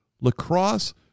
lacrosse